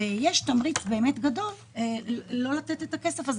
ויש תמריץ באמת גדול לא לתת את הכסף הזה.